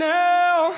now